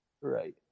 Right